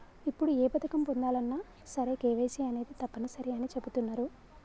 ఇప్పుడు ఏ పథకం పొందాలన్నా సరే కేవైసీ అనేది తప్పనిసరి అని చెబుతున్నరు